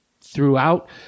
throughout